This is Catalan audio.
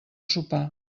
sopar